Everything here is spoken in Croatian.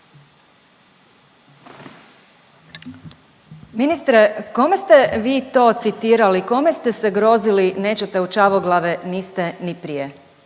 Ministre kome ste vi to citirali, kome ste se grozili nećete u Čavoglave, niste ni prije?